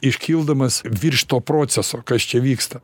iškildamas virš to proceso kas čia vyksta